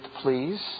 please